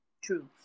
True